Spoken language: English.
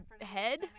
head